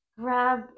Grab